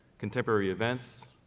contemporary events,